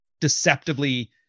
deceptively